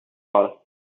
all